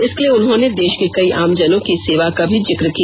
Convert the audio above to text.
इसके लिए उन्होंने देष के कई आमजनों की सेवा का भी जिक किया